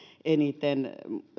eniten